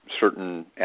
certain